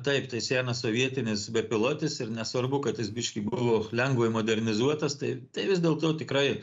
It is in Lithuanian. taip tai senas sovietinis bepilotis ir nesvarbu kad jis biškį buvo lengvai modernizuotas tai vis dėlto tikrai